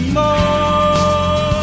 more